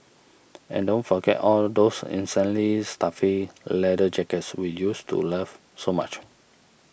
and don't forget all those insanely stuffy leather jackets we used to love so much